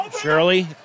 Shirley